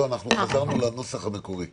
לא, אנחנו חזרנו לנוסח המקורי.